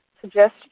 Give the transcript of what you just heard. suggest